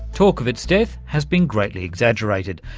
talk of its death has been greatly exaggerated,